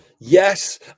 Yes